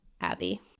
Abby